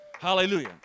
Hallelujah